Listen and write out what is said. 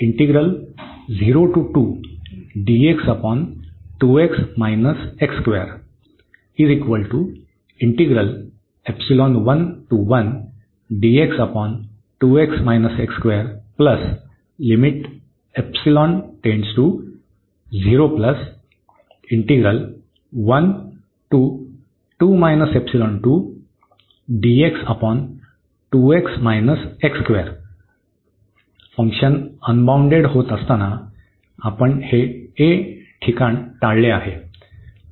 function unbounded होत असताना आपण हे a ठिकाण टाळले आहे